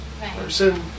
person